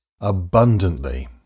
abundantly